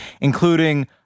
including